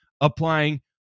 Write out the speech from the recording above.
applying